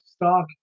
Stock